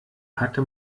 hatte